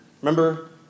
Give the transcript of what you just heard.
Remember